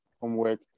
homework